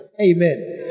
amen